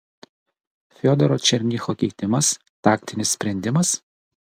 fiodoro černycho keitimas taktinis sprendimas